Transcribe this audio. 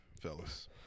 fellas